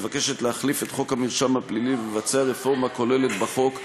מבקשת להחליף את חוק המרשם הפלילי ולבצע רפורמה כוללת בחוק,